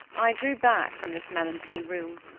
i drew back from this melancholy room,